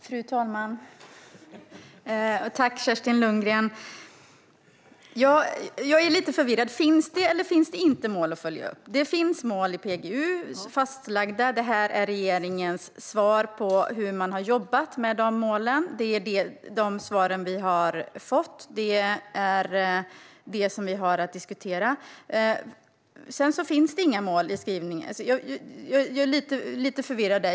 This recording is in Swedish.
Fru talman! Tack, Kerstin Lundgren! Jag är lite förvirrad - finns det eller finns det inte mål att följa upp? Det finns mål fastlagda i PGU. Det här är regeringens svar på hur man har jobbat med de målen. Det är de svar vi har fått. Det är det vi har att diskutera. Det finns inga mål i skrivningen, så jag är lite förvirrad.